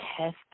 test